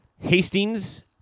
Hastings